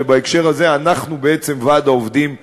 ובהקשר הזה אנחנו בעצם ועד העובדים שלהם,